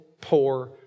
poor